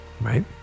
right